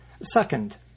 Second